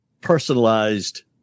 personalized